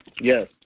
Yes